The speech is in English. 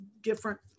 different